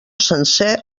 sencer